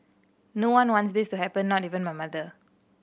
no one wants this to happen not even my mother